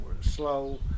slow